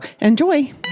enjoy